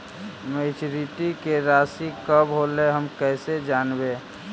Maturity के रासि कब होलै हम कैसे जानबै?